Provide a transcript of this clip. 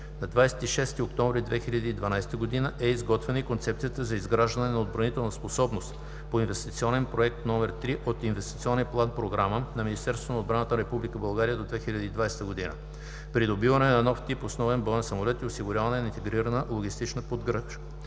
на 26 октомври 2012 г. е изготвена и Концепция за изграждане на отбранителна способност по Инвестиционен проект № 3 от инвестиционния План-програма на Министерството на отбраната на Република България до 2020 г. „Придобиване на нов тип основен боен самолет и осигуряване на интегрирана логистична поддръжка“.